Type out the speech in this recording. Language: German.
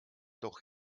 doch